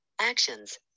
Actions